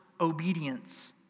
obedience